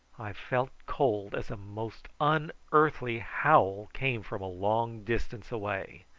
i felt cold as a most unearthly howl came from a long distance away.